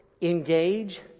Engage